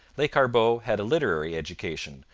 lescarbot had a literary education,